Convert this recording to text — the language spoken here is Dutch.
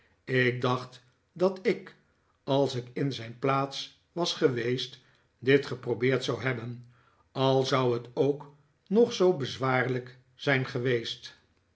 ik dacht dat ik als ik in zijn plaats was geweest dit geprobeerd zou hebben al zou het ook nog zoo bezwaarlijk zijn geweest